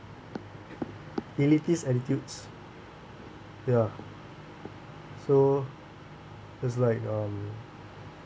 elitist attitudes ya so just like um